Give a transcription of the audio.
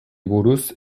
buruz